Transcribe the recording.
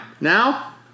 now